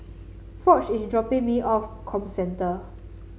Foch is dropping me off Comcentre